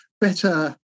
better